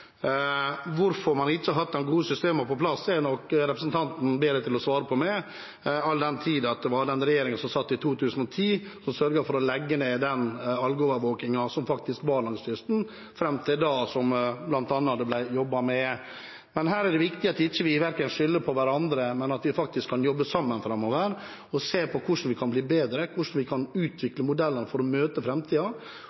Hvorfor man ikke har hatt gode systemer på plass, er nok representanten bedre til å svare på enn meg, all den tid det var den regjeringen som satt i 2010, som sørget for å legge ned den algeovervåkningen som faktisk var langs kysten, fram til da, som det bl.a. ble jobbet med. Her er det viktig at vi ikke skylder på hverandre, men at vi faktisk kan jobbe sammen framover og se på hvordan vi kan bli bedre, hvordan vi kan